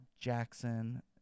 jackson